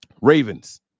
Ravens